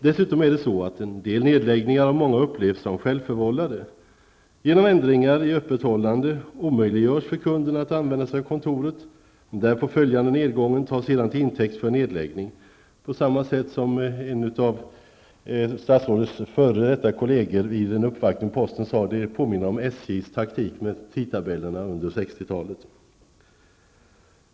Dessutom är det så att en del nedläggningar av många upplevs som självförvållade. Genom ändringar i öppethållande omöjliggörs för kunderna att använda sig av kontoret. Den därpå följande nedgången tas sedan till intäkt för en nedläggning. Det är på samma sätt som när en av statsrådets f.d. kolleger vid en uppvaktning av posten sade: ''Det påminner om SJs taktik med tidtabellerna under 60-talet.''